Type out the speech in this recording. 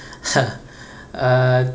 uh